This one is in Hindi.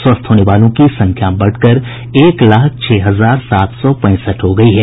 स्वस्थ होने वालों की संख्या बढ़कर एक लाख छह हजार सात सौ पैंसठ हो गयी है